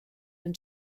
and